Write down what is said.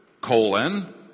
colon